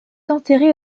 enterrée